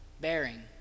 bearing